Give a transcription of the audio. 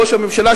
ראש הממשלה,